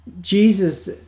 Jesus